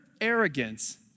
arrogance